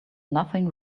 nothing